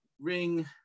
Ring